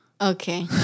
Okay